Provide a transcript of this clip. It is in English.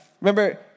remember